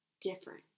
different